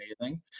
amazing